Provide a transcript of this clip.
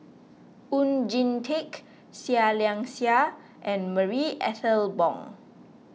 Oon Jin Teik Seah Liang Seah and Marie Ethel Bong